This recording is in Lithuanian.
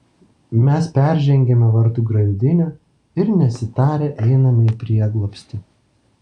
mes peržengiame vartų grandinę ir nesitarę einame į prieglobstį